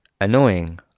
annoying